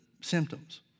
symptoms